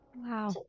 Wow